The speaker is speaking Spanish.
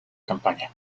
campaña